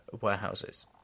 warehouses